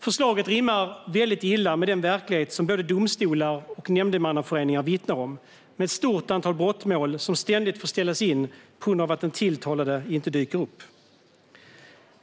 Förslaget rimmar illa med den verklighet som både domstolar och nämndemannaföreningar vittnar om, med ett stort antal brottmål som ständigt får ställas in på grund av att den tilltalade inte dyker upp.